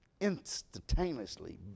instantaneously